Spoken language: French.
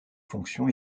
fonctions